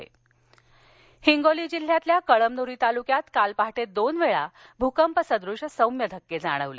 भकंप हिंगोली हिंगोली जिल्ह्यातल्या कळमनुरी तालुक्यात काल पहाटे दोन वेळा भूकंप सदृश सौम्य धक्के जाणवले